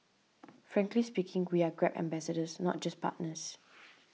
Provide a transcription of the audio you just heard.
frankly speaking we are Grab ambassadors not just partners